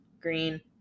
Green